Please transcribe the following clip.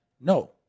No